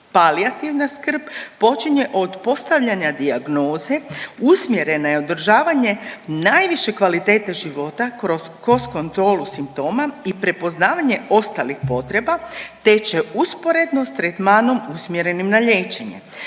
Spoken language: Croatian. Palijativna skrb počinje od postavljanja dijagnoze usmjerena na održavanje najviše kvalitete života kroz kontrolu simptoma i prepoznavanje ostalih potreba, te će usporedno sa tretmanom usmjerenim na liječenje.